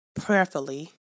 prayerfully